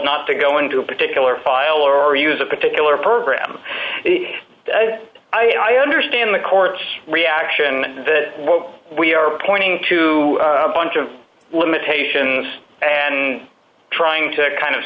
not to go into a particular file or use a particular program i understand the court's reaction we are pointing to a bunch of limitations and trying to kind of